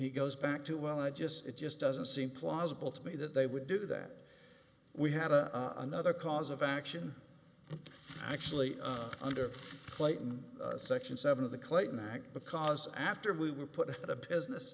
he goes back to well i just it just doesn't seem plausible to me that they would do that we had another cause of action actually under clayton section seven of the clayton act because after we were put out of business